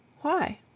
Why